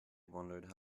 wondered